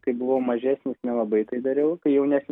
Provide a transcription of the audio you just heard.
kai buvo mažesnis nelabai tai dariau kai jaunesnis